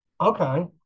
Okay